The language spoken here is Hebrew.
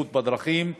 בבטיחות בדרכים.